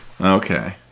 Okay